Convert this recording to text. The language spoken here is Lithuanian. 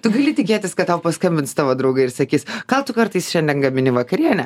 tu gali tikėtis kad tau paskambins tavo draugai ir sakys gal tu kartais šiandien gamini vakarienę